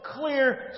clear